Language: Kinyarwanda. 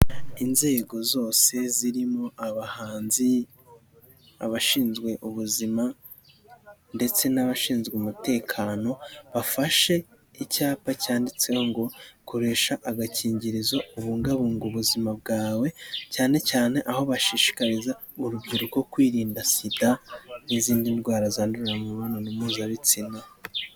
Inzego zose zirimo abahanzi, abashinzwe ubuzima ndetse n'abashinzwe umutekano, bafashe icyapa cyanditseho ngo koresha agakingirizo, ubungabunga ubuzima bwawe, cyane cyane aho bashishikariza urubyiruko kwirinda Sida n'izindi ndwara zandurira mu mibonano mpuzabitsina.